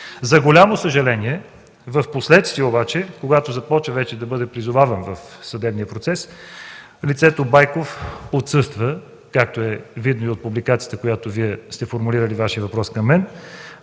За голямо съжаление впоследствие обаче, когато започва да бъде призоваван в съдебния процес, лицето Байков отсъства, както е видно и от публикацията, по която сте формулирали Вашия въпрос към мен.